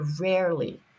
rarely